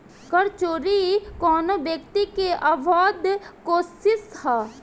कर चोरी कवनो व्यक्ति के अवैध कोशिस ह